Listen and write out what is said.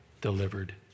delivered